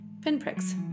pinpricks